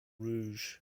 rouge